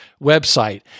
website